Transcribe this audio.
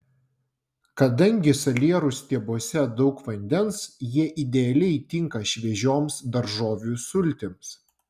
kadangi salierų stiebuose daug vandens jie idealiai tinka šviežioms daržovių sultims